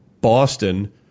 Boston